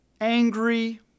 angry